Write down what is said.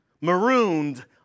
marooned